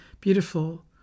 beautiful